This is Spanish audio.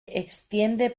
extiende